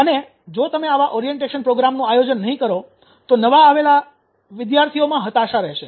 અને જો તમે આવા ઓરિએન્ટેશન પ્રોગ્રામનું આયોજન નહીં કરો તો નવા આવેલા લોકો વિદ્યાર્થીઓ માં હતાશા રહેશે